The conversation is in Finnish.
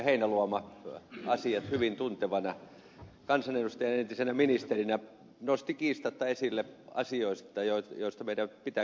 heinäluoma asiat hyvin tuntevana kansanedustajana ja entisenä ministerinä nosti kiistatta esille asioita joista meidän pitää keskustella